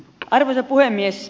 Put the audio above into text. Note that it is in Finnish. arvoisa puhemies